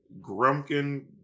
Grumpkin